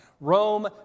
Rome